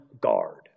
guard